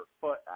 foot